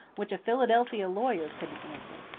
which a philadelphia lawyer couldn't answer.